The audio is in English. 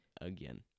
again